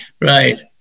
Right